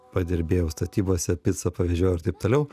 padirbėjau statybose picą pavežiojau ir taip toliau